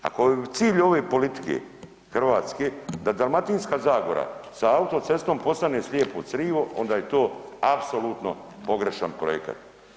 Ako je cilj ove politike hrvatske da Dalmatinska zagora sa autocestom postane slijepo crivo onda je to apsolutno pogrešan projekat.